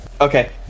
Okay